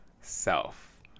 self